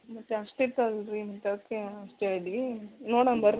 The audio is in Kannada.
ಮತ್ತು ಅಷ್ಟು ಇರ್ತಾವಲ್ಲ ರೀ ಮತ್ತು ಅವಕ್ಕೆ ಅಷ್ಟು ಹೇಳಿದ್ವಿ ನೋಡೋಣ ಬರ್ರಿ